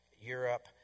Europe